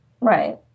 Right